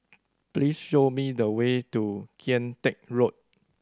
please show me the way to Kian Teck Road